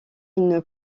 une